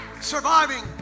Surviving